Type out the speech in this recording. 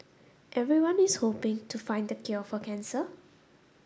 everyone is hoping to find the cure for cancer